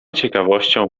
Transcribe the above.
ciekawością